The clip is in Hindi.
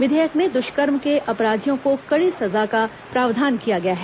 विधेयक में दुष्कर्म के अपराधियों को कड़ी सजा का प्रावधान किया गया है